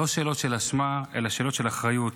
לא שאלות של אשמה אלא שאלות של אחריות,